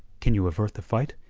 can you avert the fight?